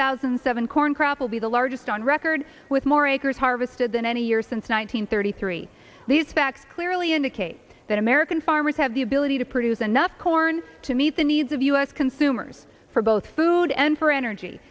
thousand and seven corn crop will be the largest on record with more acres harvested than any year since nine hundred thirty three these facts clearly indicate that american farmers have the ability to produce enough corn to meet the needs of u s consumers for both food and for energy